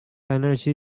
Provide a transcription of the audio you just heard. energy